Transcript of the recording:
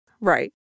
Right